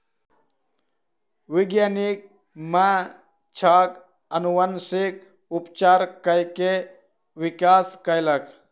वैज्ञानिक माँछक अनुवांशिक उपचार कय के विकास कयलक